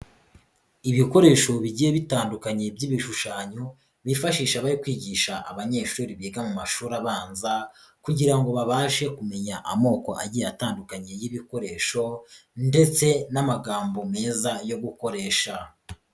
Ibikoresho bigiye bitandukanye by'ibishushanyo bifashisha bari kwigisha abanyeshuri biga mu mashuri abanza kugira ngo babashe kumenya amoko agiye atandukanye y'ibikoresho, ndetse n'amagambo meza yo gukoresha.